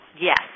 Yes